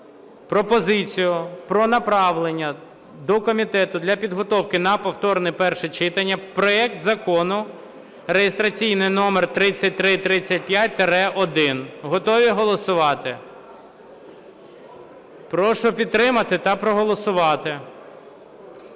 Пропозицію про направлення до комітету для підготовки на повторне перше читання проект Закону реєстраційний номер 3335-1. Готові голосувати? Прошу підтримати та проголосувати.